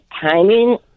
timing